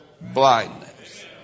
blindness